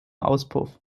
auspuff